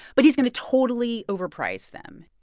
but he's going to totally overprice them